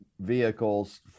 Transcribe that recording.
vehicles